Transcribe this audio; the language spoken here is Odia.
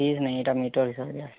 ଇଏ ନାଇଁ ଏଇଟା ମିଟର ହିସାବରେ ଦିଆ ହେଉଛି